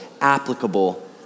applicable